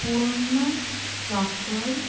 पूर्ण वापर